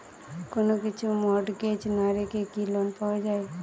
কোন কিছু মর্টগেজ না রেখে কি লোন পাওয়া য়ায়?